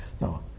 No